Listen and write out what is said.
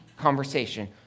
conversation